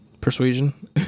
persuasion